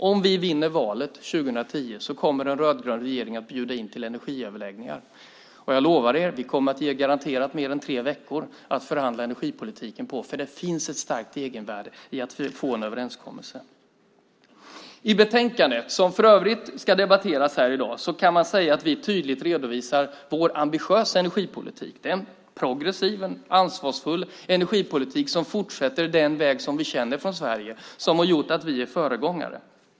Om vi vinner valet 2010 kommer en rödgrön regering att bjuda in till energiöverläggningar. Och jag lovar er en sak. Vi kommer garanterat att ge mer än tre veckor för att förhandla om energipolitiken. För det finns ett starkt egenvärde i att få en överenskommelse. I betänkandet, som för övrigt debatteras här i dag, kan man säga att vi tydligt redovisar vår ambitiösa energipolitik. Det är en progressiv och ansvarsfull energipolitik som fortsätter på den väg som vi känner från Sverige, som har gjort att vi är föregångare.